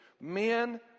men